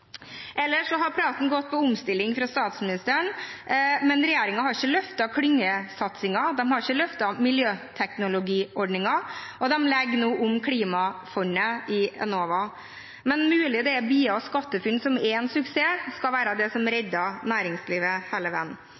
har praten fra statsministeren gått på omstilling, men regjeringen har ikke løftet klyngesatsingen, de har ikke løftet miljøteknologiordningen, og de legger nå om klimafondet i Enova. Det er mulig det er BIA og SkatteFUNN, som er en suksess, som skal være det som redder næringslivet